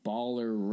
Baller